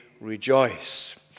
rejoice